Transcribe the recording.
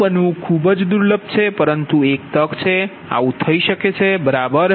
આ બનવું ખૂબ જ દુર્લભ છે પરંતુ એક તક છે કે આવું થઈ શકે બરાબર